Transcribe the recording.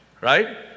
Right